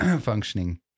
functioning